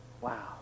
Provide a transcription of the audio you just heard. Wow